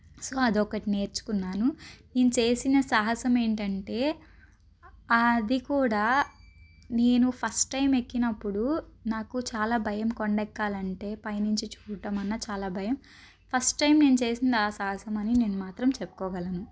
so అది ఒకటి నేర్చుకున్నాను నేను చేసిన సాహసం ఏంటంటే అది కూడా నేను ఫస్ట్ టైం ఎక్కినప్పుడు నాకు చాలా భయం కొండెక్కాలంటే పైనుంచి చూడటం అన్న చాలా భయం ఫస్ట్ టైం నేను చేసింది ఆ సాహసం అని నేను మాత్రం చెప్పుకోగలను